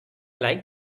like